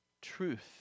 Truth